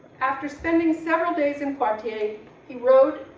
after spending several days in poitiers he rode.